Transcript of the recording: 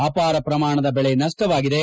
ಅಪಾರ ಪ್ರಮಾಣದ ಬೆಳೆ ನಪ್ಪವಾಗಿದೆ